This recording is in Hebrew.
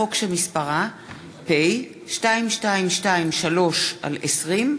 חוק פ/2223/20,